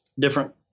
Different